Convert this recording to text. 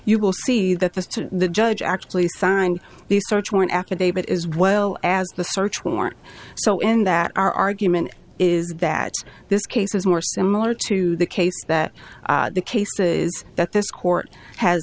you will see that the judge actually signed the search warrant affidavit as well as the search warrant so in that our argument is that this case is more similar to the case that the cases that this court ha